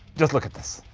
just look at this.